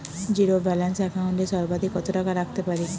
Zero balance account এ সর্বাধিক কত টাকা রাখতে পারি?